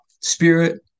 spirit